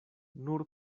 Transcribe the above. nur